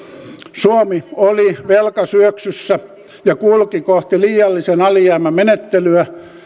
suomi oli velkasyöksyssä ja kulki kohti liiallisen alijäämän menettelyä